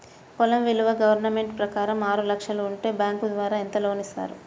పొలం విలువ గవర్నమెంట్ ప్రకారం ఆరు లక్షలు ఉంటే బ్యాంకు ద్వారా ఎంత లోన్ ఇస్తారు?